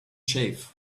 shave